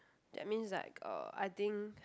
that means like uh I think